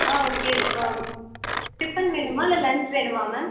ஆ okay tiffin வேணுமா இல்லை lunch வேணுமா மேம்